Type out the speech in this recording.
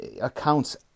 accounts